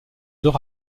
deux